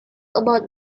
about